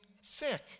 sick